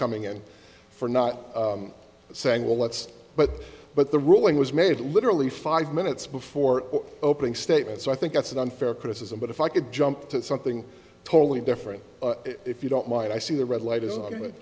coming in for not saying well let's but but the ruling was made literally five minutes before opening statement so i think that's an unfair criticism but if i could jump to something totally different if you don't mind i see the red light